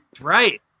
right